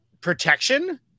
protection